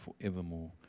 forevermore